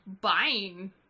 buying